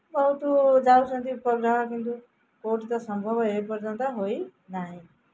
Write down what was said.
ବହୁତ ଯାଉଛନ୍ତି ଉପଗ୍ରହ କିନ୍ତୁ କେଉଁଠି ତ ସମ୍ଭବ ଏ ପର୍ଯ୍ୟନ୍ତ ହୋଇନାହିଁ